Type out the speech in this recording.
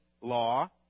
law